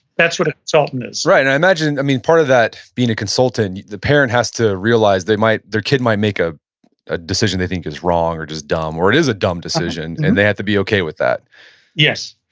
that's what a consultant is right. i imagine, i mean part of that being a consultant, the parent has to realize their kid might make a a decision they think is wrong, or just dumb or it is a dumb decision and and they have to be okay with that yes,